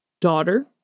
daughter